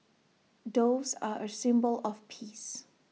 doves are A symbol of peace